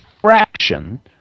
fraction